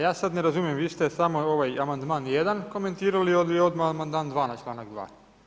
Ja sad ne razumijem, vi ste samo ovaj amandman 1. komentirali ili odmah amandman 2. na članak 2.